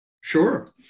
Sure